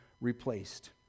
replaced